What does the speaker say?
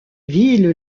villes